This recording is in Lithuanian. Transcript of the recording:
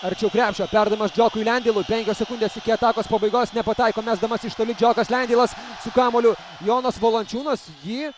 arčiau krepšio perdavimas džokui lendeilui penkios sekundės iki atakos pabaigos nepataiko mesdamas iš toli džiokas lendeilas su kamuoliu jonas valančiūnas jį